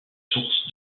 sources